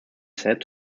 said